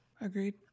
Agreed